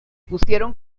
pusieron